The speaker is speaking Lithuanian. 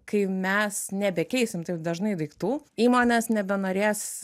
kai mes nebekeisim taip dažnai daiktų įmonės nebenorės